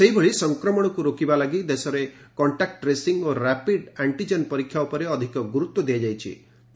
ସେହିଭଳି ସଂକ୍ରମଣକୁ ରୋକିବା ଲାଗି ଦେଶରେ କଣ୍ଟ୍ରାକ୍ ଟ୍ରେସିଂ ଓ ର୍ୟାପିଡ୍ ଆଷ୍ଟିଜେନ୍ ପରୀକ୍ଷା ଉପରେ ଅଧିକ ଗୁରୁତ୍ୱ ଦିଆଯାଇ ଆରମ୍ଭ କରାଯାଇଥିଲା